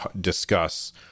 discuss